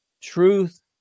truth